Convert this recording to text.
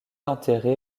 enterré